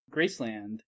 Graceland